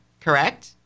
correct